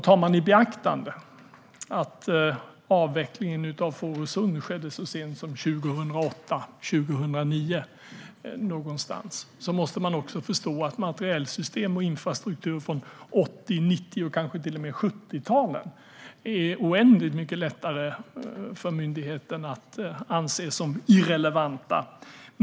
Tar man i beaktande att avvecklingen av Fårösund skedde så sent som någonstans 2008, 2009 måste man förstå att materielsystem och infrastruktur från 80 och 90talen och kanske till och med 70-talet är oändligt mycket lättare för myndigheten att anse som irrelevanta.